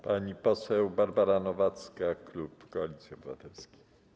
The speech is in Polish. Pani poseł Barbara Nowacka, klub Koalicji Obywatelskiej.